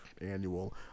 annual